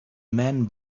man